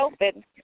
open